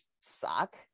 suck